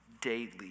daily